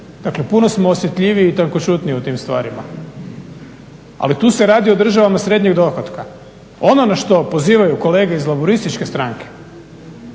Dakle, puno smo osjetljiviji i tankoćutniji u tim stvarima. Ali tu se radi o državama srednjeg dohotka, ono na što pozivaju kolege iz Laburističke stranke